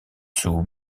sous